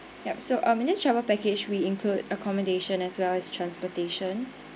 yup so um in this travel package we include accommodation as well as transportation